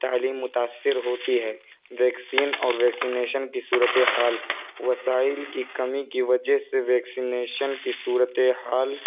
تعلیم متاثر ہوتی ہے ویکسین اور ویکسینیشن کی صورت حال وسائل کی کمی کی وجہ سے ویکینیشن کی صورت حال